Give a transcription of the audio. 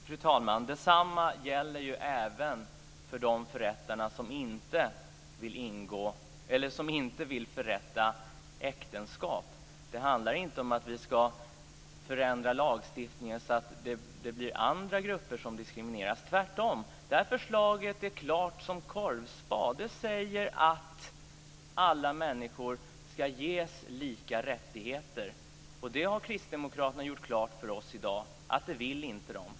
Fru talman! Detsamma gäller ju även för de förrättare som inte vill förrätta äktenskap. Det handlar inte om att vi ska förändra lagstiftningen så att det blir andra grupper som diskrimineras, tvärtom. Det här förslaget är klart som korvspad. Det säger att alla människor ska ges lika rättigheter, och det har kristdemokraterna gjort klart för oss i dag att de inte vill.